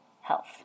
health